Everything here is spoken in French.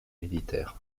militaires